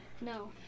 No